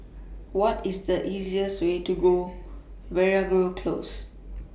What IS The easiest Way to Veeragoo Close